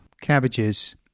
Cabbages